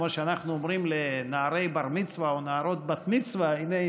כמו שאנחנו אומרים לנערי בר-מצווה או נערות בת-מצווה: הינה,